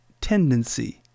tendency